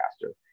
faster